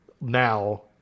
now